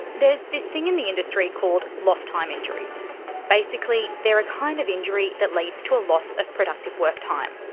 there's this thing in the industry called lost time injuries basically they're a kind of injury that leads to a loss of productive work time.